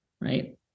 right